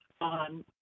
on